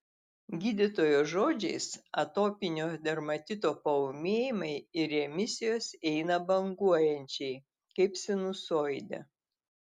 gydytojos žodžiais atopinio dermatito paūmėjimai ir remisijos eina banguojančiai kaip sinusoidė